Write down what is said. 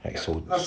like so~